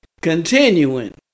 continuing